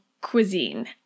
cuisine